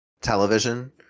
television